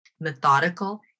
methodical